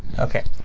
ok.